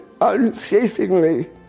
unceasingly